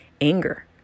anger